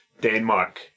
Denmark